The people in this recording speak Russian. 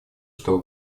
чтобы